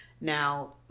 now